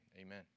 Amen